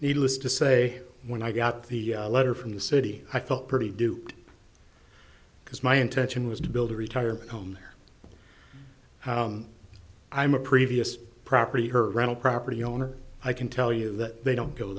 needless to say when i got the letter from the city i felt pretty duped because my intention was to build a retirement home or i'm a previous property her rental property owner i can tell you that they don't go